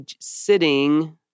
sitting